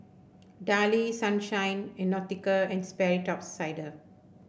Darlie Sunshine and Nautica And Sperry Top Sider